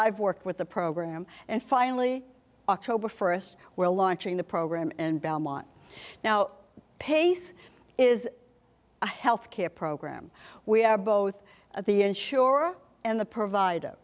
i've worked with the program and finally october for us we're launching the program and belmont now pace is a health care program we are both the ensure and the provider